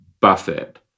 Buffett